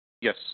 Yes